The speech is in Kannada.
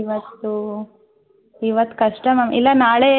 ಇವತ್ತು ಇವತ್ತು ಕಷ್ಟ ಮ್ಯಾಮ್ ಇಲ್ಲ ನಾಳೆ